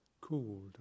cooled